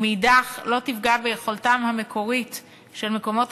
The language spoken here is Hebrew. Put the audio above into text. ומצד שני לא תפגע בתכליתם המקורית של מקומות